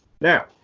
Now